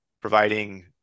providing